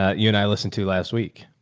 ah you and i listened to last week,